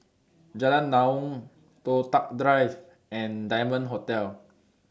Jalan Naung Toh Tuck Drive and Diamond Hotel